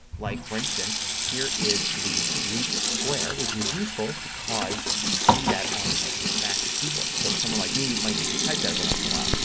like for instance here is the looped square which is useful because you see that on the mac keyboard. so somebody like me might need to type that every once in awhile.